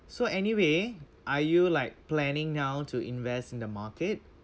so anyway are you like planning now to invest in the market